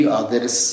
others